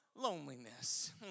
loneliness